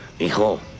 Hijo